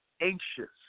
anxious